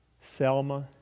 Selma